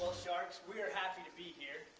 sharks we're happy to be here.